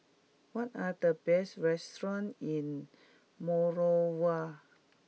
what are the best restaurants in Monrovia